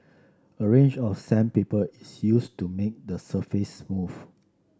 a range of sandpaper is used to make the surface smooth